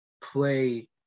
play